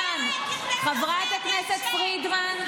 חברת הכנסת פרידמן.